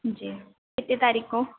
जी कितनी तारीख को